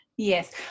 Yes